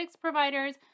providers